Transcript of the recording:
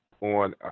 on